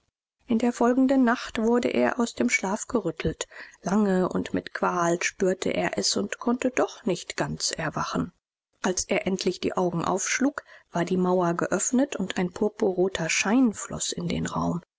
in der folgenden nacht wurde er aus dem schlaf gerüttelt lange und mit qual spürte er es und konnte doch nicht ganz erwachen als er endlich die augen aufschlug war die mauer geöffnet und ein purpurroter schein floß in den raum